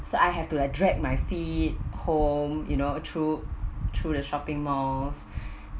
so I have to like drag my feet home you know through through the shopping malls